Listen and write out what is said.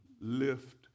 lift